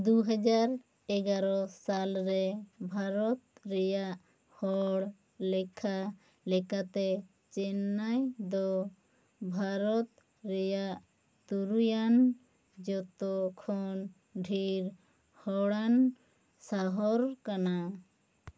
ᱫᱩ ᱦᱟᱡᱟᱨ ᱮᱜᱟᱨᱚ ᱥᱟᱞ ᱨᱮ ᱵᱷᱟᱨᱚᱛ ᱨᱮᱭᱟᱜ ᱦᱚᱲ ᱞᱮᱠᱷᱟ ᱞᱮᱠᱟᱛᱮ ᱪᱮᱱᱱᱟᱭ ᱫᱚ ᱵᱷᱟᱨᱚᱛ ᱨᱮᱭᱟᱜ ᱛᱩᱨᱩᱭᱟᱱ ᱡᱚᱛᱚ ᱠᱷᱚᱱ ᱰᱷᱮᱨ ᱦᱚᱲᱟᱱ ᱥᱚᱦᱚᱨ ᱠᱟᱱᱟ